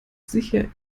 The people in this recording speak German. sicher